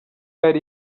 yari